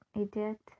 idiot